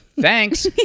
thanks